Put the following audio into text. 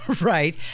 Right